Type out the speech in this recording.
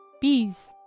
bees